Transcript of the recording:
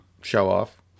Show-off